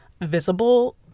visible